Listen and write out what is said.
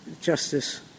Justice